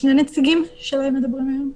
שני נציגים שלהם מדברים היום?